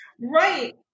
Right